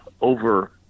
over